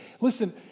Listen